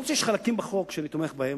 שאף-על-פי שיש חלקים בחוק שאני תומך בהם,